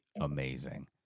amazing